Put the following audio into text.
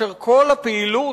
כל הפעילות,